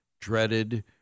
dreaded